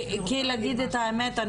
להגיד את האמת,